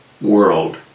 world